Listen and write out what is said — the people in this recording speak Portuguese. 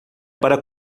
para